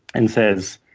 and says,